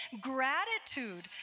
gratitude